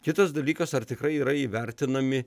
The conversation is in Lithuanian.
kitas dalykas ar tikrai yra įvertinami